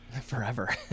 Forever